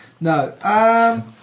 No